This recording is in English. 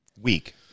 weak